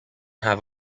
have